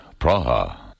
Praha